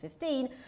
2015